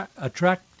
attract